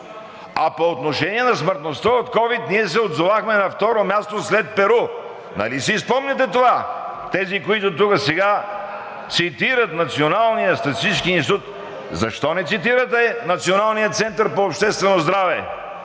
а по отношение на смъртността от ковид ние се озовахме на второ място след Перу. Нали си спомняте това – тези, които тук сега цитират Националния статистически институт?! Защо не цитирате Националния център по обществено здраве,